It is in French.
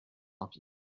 pierre